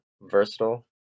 versatile